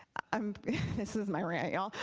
um this is my rant ya'll.